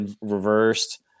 reversed